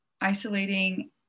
isolating